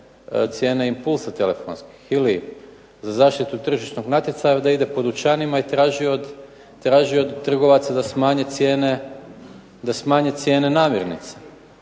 cijene impulsa telefonskih. Ili za zaštitu tržišnog natjecanja da ide po dućanima i traži od trgovaca da smanje cijene namirnica.